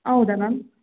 ಹೌದಾ ಮ್ಯಾಮ್